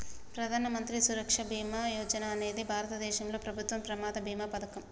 ప్రధాన మంత్రి సురక్ష బీమా యోజన అనేది భారతదేశంలో ప్రభుత్వం ప్రమాద బీమా పథకం